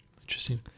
Interesting